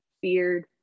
feared